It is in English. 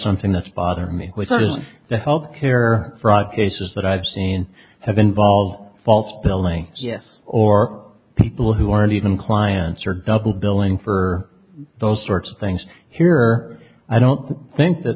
something that's bothering me with all the health care fraud cases that i've seen have involved false billing yes or people who aren't even clients or double billing for those sorts of things here i don't think that